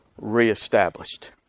reestablished